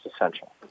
essential